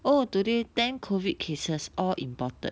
oh today ten COVID cases all imported